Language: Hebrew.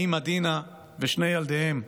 האימא דינה ושני ילדיהם,